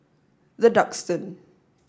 the Duxton